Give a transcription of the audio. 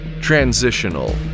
transitional